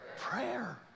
prayer